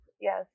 Yes